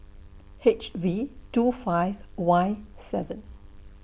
H V two five Y seven